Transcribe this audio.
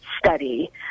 study